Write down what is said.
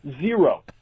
Zero